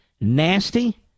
nasty